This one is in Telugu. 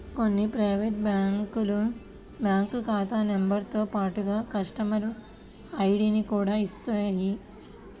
కొన్ని ప్రైవేటు బ్యాంకులు బ్యాంకు ఖాతా నెంబరుతో పాటుగా కస్టమర్ ఐడిని కూడా ఇస్తున్నాయి